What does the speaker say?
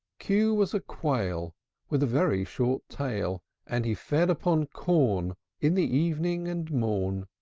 q was a quail with a very short tail and he fed upon corn in the evening and morn.